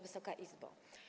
Wysoka Izbo!